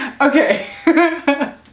Okay